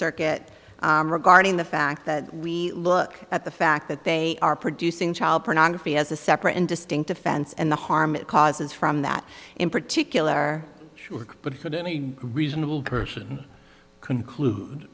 circuit regarding the fact that we look at the fact that they are producing child pornography as a separate and distinct offense and the harm it causes from that in particular but could any reasonable person conclude